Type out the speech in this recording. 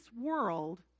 world